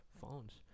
phones